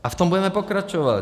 A v tom budeme pokračovat.